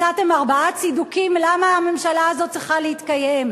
מצאתם ארבעה צידוקים למה הממשלה הזאת צריכה להתקיים,